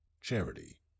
charity